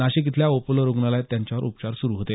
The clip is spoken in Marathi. नाशिक इथल्या अपोलो रुग्णालयात त्यांच्यावर उपचार सुरू होते